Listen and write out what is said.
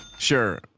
sure.